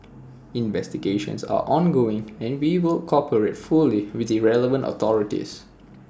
investigations are ongoing and we will cooperate fully with the relevant authorities